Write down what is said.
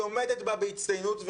היא עומדת בה בהצטיינות,